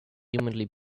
humanly